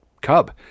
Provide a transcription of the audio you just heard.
cub